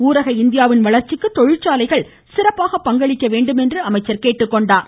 ஊரக இந்தியாவின் வளர்ச்சிக்கு தொழிற்சாலைகள் சிறப்பாக பங்களிக்க வேண்டும் என்று கேட்டுக்கொண்டார்